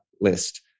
list